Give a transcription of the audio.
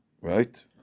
Right